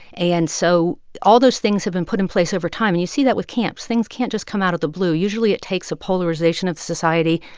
and so all those things have been put in place over time and you see that with camps. things can't just come out of the blue. usually, it takes a polarization of society,